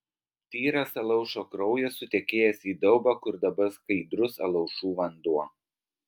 tyras alaušo kraujas sutekėjęs į daubą kur dabar skaidrus alaušų vanduo